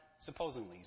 supposedly